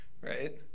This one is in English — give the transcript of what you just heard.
right